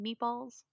meatballs